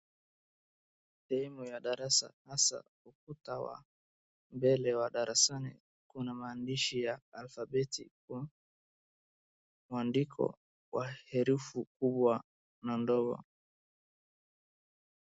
Sehemu ya darasa hasa ukuta wa mbele wa darasani kuna maandishi ya alfabeti kwa mwandiko wa herufu kubwa na ndogo.